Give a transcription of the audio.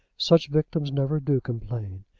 such victims never do complain.